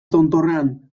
tontorrean